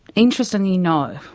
interestingly no,